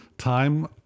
time